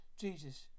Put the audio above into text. Jesus